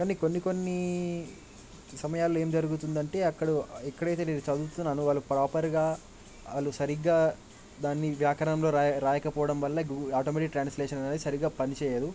కానీ కొన్ని కొన్ని సమయాలలో ఏం జరుగుతుంది అంటే అక్కడ ఎక్కడైతే నేను చదువుతున్నానో వాళ్ళు ప్రాపర్గా వాళ్ళు సరిగా దాన్ని వ్యాకరణంలో రా రాయకపోవడం వల్ల ఆటోమేటిక్ ట్రాన్స్లేషన్ అనేది సరిగా పనిచేయదు